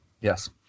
yes